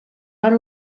van